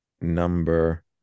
Number